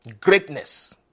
Greatness